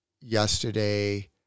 yesterday